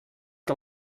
que